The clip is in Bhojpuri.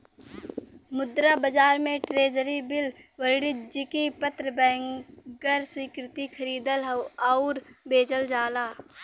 मुद्रा बाजार में ट्रेज़री बिल वाणिज्यिक पत्र बैंकर स्वीकृति खरीदल आउर बेचल जाला